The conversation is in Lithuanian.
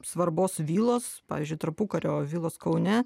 svarbos vilos pavyzdžiui tarpukario vilos kaune